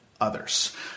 others